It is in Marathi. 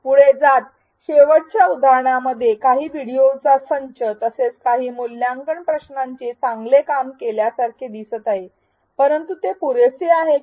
पुढे जात शेवटच्या उदाहरणाप्रमाणे काही व्हिडिओचा संच तसेच काही मूल्यांकन प्रश्नांचे चांगले काम केल्यासारखे दिसत आहे परंतु ते पुरेसे आहे का